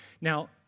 now